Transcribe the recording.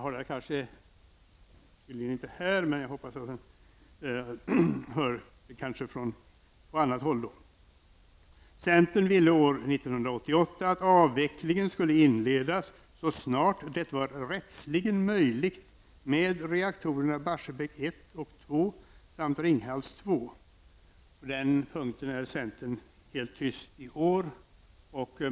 Hadar Cars är tydligen inte här i kammaren, men jag hoppas att han hör mitt anförande på annat håll. Centern ville år 1988 att avvecklingen skulle inledas, så snart det var rättsligen möjligt, med reaktorerna i Barsebäck 1 och 2 samt Ringhals 2. På den punkten är centern helt tyst i år.